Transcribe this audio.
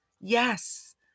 Yes